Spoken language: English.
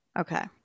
Okay